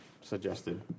suggested